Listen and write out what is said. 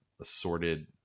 assorted